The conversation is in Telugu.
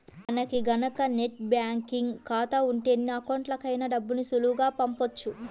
మనకి గనక నెట్ బ్యేంకింగ్ ఖాతా ఉంటే ఎన్ని అకౌంట్లకైనా డబ్బుని సులువుగా పంపొచ్చు